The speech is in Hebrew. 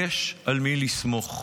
יש על מי לסמוך.